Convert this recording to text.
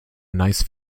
nice